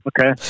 Okay